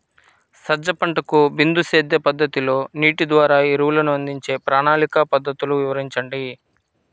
సజ్జ పంటకు బిందు సేద్య పద్ధతిలో నీటి ద్వారా ఎరువులను అందించే ప్రణాళిక పద్ధతులు వివరించండి?